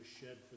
shed